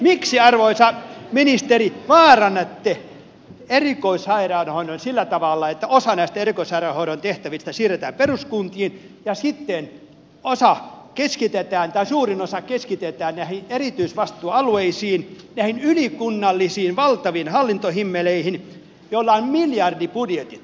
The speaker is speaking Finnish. miksi arvoisa ministeri vaarannatte erikoissairaanhoidon sillä tavalla että osa näistä erikoissairaanhoidon tehtävistä siirretään peruskuntiin ja sitten suurin osa keskitetään näihin erityisvastuualueisiin näihin ylikunnallisiin valtaviin hallintohimmeleihin joilla on miljardibudjetit